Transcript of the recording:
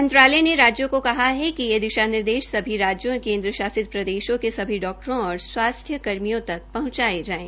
मंत्रालय ने राज्यों को कहा कि यह दिशा निर्देश सभी राज्यों और केन्द्र शासित प्रदेशों के सभी डाक्टरों और स्वास्थ्य कर्मियों तक पहंचाये जायें